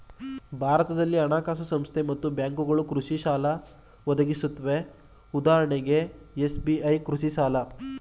ಭಾರತದಲ್ಲಿ ಹಣಕಾಸು ಸಂಸ್ಥೆ ಮತ್ತು ಬ್ಯಾಂಕ್ಗಳು ಕೃಷಿಸಾಲ ಒದಗಿಸುತ್ವೆ ಉದಾಹರಣೆಗೆ ಎಸ್.ಬಿ.ಐ ಕೃಷಿಸಾಲ